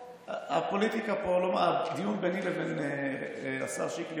הפוליטיקה פה או הדיון ביני לבין השר שיקלי